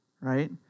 right